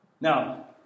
Now